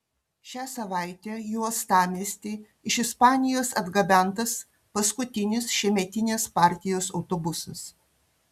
šią savaitę į uostamiestį iš ispanijos atgabentas paskutinis šiemetinės partijos autobusas